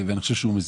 אני חושב שזה מזיק.